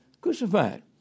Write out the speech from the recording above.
crucified